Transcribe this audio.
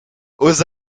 aux